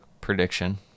prediction